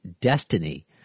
Destiny